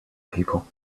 people